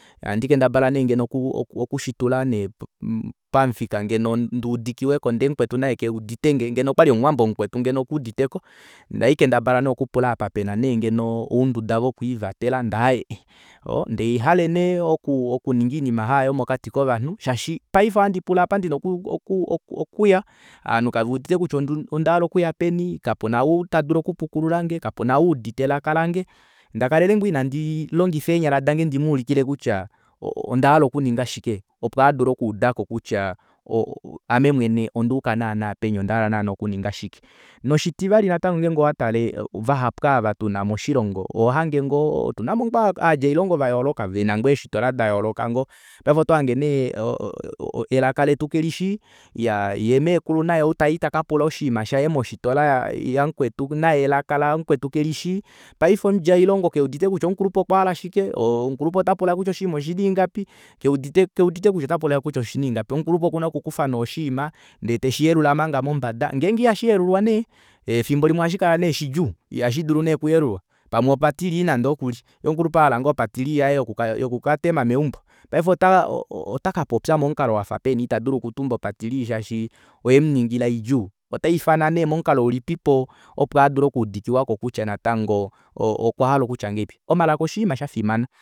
Ohandikendabala nee ngeno oku oku shitula pamufika ngeno ndiudike ndiudikiweko ndee mukwetu naye keuditenge ngeno okwali omuwambo mukwetu ngeno okuuditeko ndee ohaikendabala nee okupula apa pena ounduda vokwiivatela ndee aaye oo ndee haihale nee oku- oku ninga iinima haayo mokati kovanhu shaashi paife ihandipula aapa ndina oku- oku oku okuya aanhu kaveudite kutya ondahala okuya peni kapena ou tadulu okupukululange kapena ou edite elaka lange ndakalele ngoo inandii longifa eenyala dange ndimuulikile kutya onda hala okuninga shike opo adule okuudako kutya ame mwene onduuka naana peni ondahala naana okuninga shike noshitivali ngeenge owatale vahapu ava tuna moshilongo ohohage ngoo otunamo ngoo ovadjeilongo vayooloka vena ngoo efitola dayooloka ngoo paife oto hange nee elaka letu kelishi iya yee mekulu ounatango naye tai takapula oshinima shaye mofitola yamukwetu naye elaka lamukwetu kelishi paife omudjailongo keudite kutya omukulupe okwahala shike omukulupe ota pula kutya oshinima oshina ingapi keudite keudite kutya otapula kutya oshina ingapi omukulupe okuna nee okukufa manga oshiima ndee teshiyelula manga mombada ngenge ihashiyelulwa nee efimbo limwe ohashikala nee shidjuu iha shidulu nee okuyelulwa pamwe opatrii nande kuli yee omulupe ahala ngoo o patrii yaye yoku ka yoku katema meumbo paife ota otakapopya momukalo wafa peni itadulu ita dulu okutumba opatri shashi oyemungila idjuu ota ifana nee momukalo ulipipo opo adule okuudikiwako kutya natango kutya okwahala okutya ngahelipi omalaka oshiima shafimana